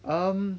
um